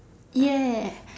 ya